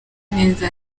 neza